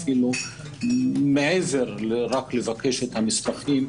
אפילו מעבר רק לבקשת המסמכים,